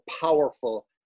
powerful